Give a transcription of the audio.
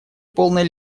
полной